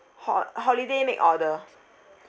ho~ holiday make order